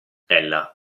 ella